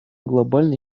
глобальной